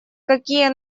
какие